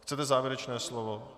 Chcete závěrečné slovo?